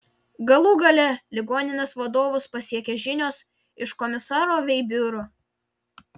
galų gale ligoninės vadovus pasiekė žinios iš komisaro vei biuro